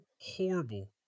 horrible